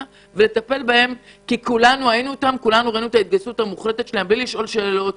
ולטפל בהם כי כולנו ראינו את ההתגייסות המוחלטת שלהם בלי לשאול שאלות.